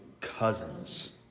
cousins